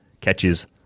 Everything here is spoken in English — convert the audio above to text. catches